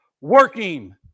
working